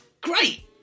Great